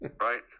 Right